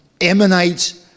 emanates